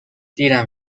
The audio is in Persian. دیرم